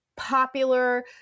popular